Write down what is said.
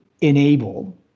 enable